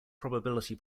probability